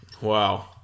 Wow